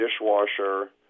dishwasher